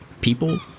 people